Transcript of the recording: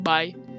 Bye